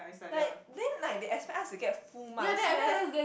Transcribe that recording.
like then like they expect us to get full marks meh